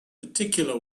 particular